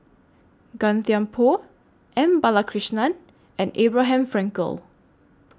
Gan Thiam Poh M Balakrishnan and Abraham Frankel